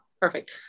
Perfect